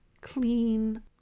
clean